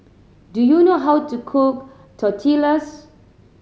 do you know how to cook Tortillas